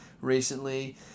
recently